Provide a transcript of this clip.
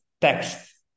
text